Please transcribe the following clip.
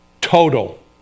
total